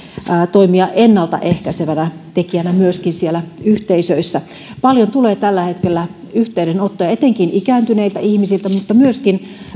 toimia ennalta ehkäisevänä tekijänä myöskin siellä yhteisöissä paljon tulee tällä hetkellä yhteydenottoja etenkin ikääntyneiltä ihmisiltä mutta myöskin